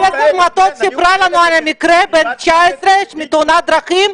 פרופ' --- סיפרה לנו על מקרה של בן 19 מתאונת דרכים,